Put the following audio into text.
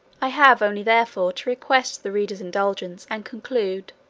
i have only therefore to request the reader's indulgence and conclude.